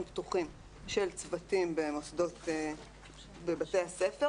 פתוחים של צוותים במוסדות בבתי הספר,